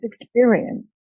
experience